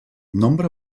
nombre